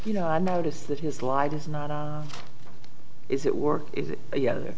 you know i noticed that his life is not is it work ye